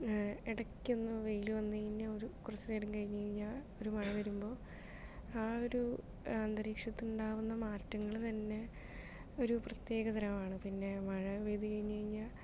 ഇടക്കൊന്നു വെയില് വന്നു കഴിഞ്ഞാൽ ഒരു കുറച്ചു നേരം കഴിഞ്ഞു കഴിഞ്ഞാൽ ഒരു മഴ വരുമ്പോൾ ആ ഒരു അന്തരീക്ഷത്തുണ്ടാവുന്ന മാറ്റങ്ങള് തന്നെ ഒരു പ്രത്യേകതരമാണ് പിന്നെ മഴ പെയ്തു കഴിഞ്ഞു കഴിഞ്ഞാൽ